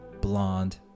blonde